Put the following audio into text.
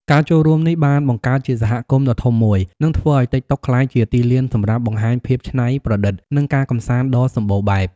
ការចូលរួមនេះបានបង្កើតជាសហគមន៍ដ៏ធំមួយ និងធ្វើឱ្យ ទីកតុក ក្លាយជាទីលានសម្រាប់បង្ហាញភាពច្នៃប្រឌិត និងការកម្សាន្តដ៏សម្បូរបែប។